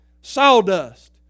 Sawdust